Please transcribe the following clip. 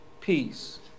peace